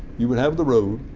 you would have the road.